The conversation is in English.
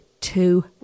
two